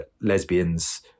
lesbians